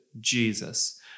Jesus